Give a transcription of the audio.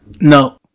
No